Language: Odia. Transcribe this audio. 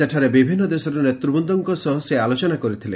ସେଠାରେ ବିଭିନ୍ନ ଦେଶର ନେତ୍ବର୍ନ୍ଦଙ୍କ ସହ ସେ ଆଲୋଚନା କରିଥିଲେ